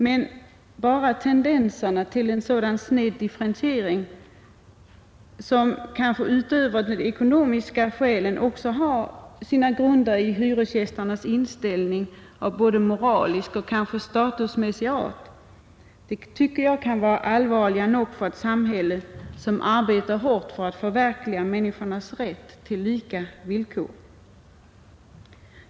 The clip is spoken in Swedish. Men bara tendenserna till en sådan sned differentiering, som kanske utöver ekonomiska skäl även har sina grunder i hyresgästers inställning av både moralisk och kanske statusmässig art, kan vara allvarliga nog för ett samhälle som arbetar hårt på att förverkliga människornas rätt till lika villkor.